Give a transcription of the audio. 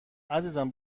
عزیزم